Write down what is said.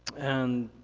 and